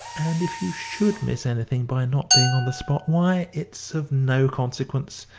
and if you should miss anything by not being on the spot, why, it's of no consequence,